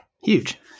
huge